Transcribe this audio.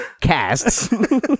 casts